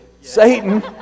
Satan